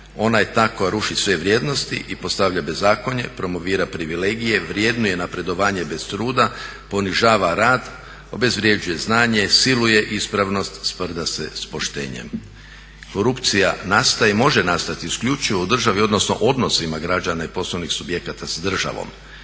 ona je ta koja ruši sve vrijednosti i postavlja bezakonje, promovira privilegije, vrednuje napredovanje bez truda, ponižava rad, obezvređuje znanje, siluje ispravnost, sprda se s poštenjem. Korupcija nastaje i može nastati isključivo u državi odnosno odnosima građana i poslovnih subjekata s državom.